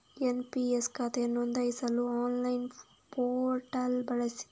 NPS ಖಾತೆಯನ್ನು ನೋಂದಾಯಿಸಲು online portal ಬಳಸಿ